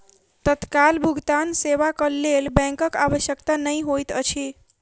तत्काल भुगतान सेवाक लेल बैंकक आवश्यकता नै होइत अछि